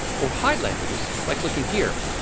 or hide languages by clicking here.